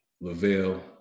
Lavelle